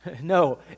no